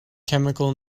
chemical